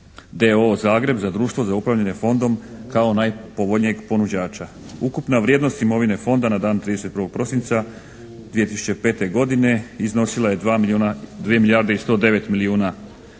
Zagreb, za društvo za upravljanje Fondom kao najpovoljnijeg ponuđača. Ukupna vrijednost imovine Fonda na dan 31. prosinca 2005. godine iznosila je 2 milijuna, 2 milijarde